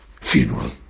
funeral